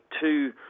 two